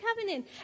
Covenant